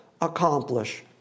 accomplish